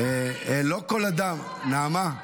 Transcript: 45 איש --- נעמה,